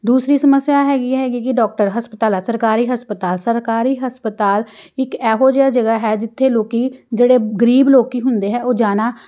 ਦੂਸਰੀ ਸਮੱਸਿਆ ਹੈਗੀ ਹੈ ਹੈਗੀ ਕਿ ਡੋਕਟਰ ਹਸਪਤਾਲ ਆ ਸਰਕਾਰੀ ਹਸਪਤਾਲ ਸਰਕਾਰੀ ਹਸਪਤਾਲ ਇੱਕ ਇਹੋ ਜਿਹੀ ਜਗ੍ਹਾ ਹੈ ਜਿੱਥੇ ਲੋਕ ਜਿਹੜੇ ਗਰੀਬ ਲੋਕ ਹੁੰਦੇ ਹੈ ਉਹ ਜਾਣਾ